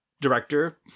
director